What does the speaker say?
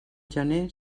gener